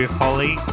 holly